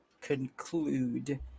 conclude